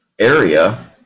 area